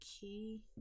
Key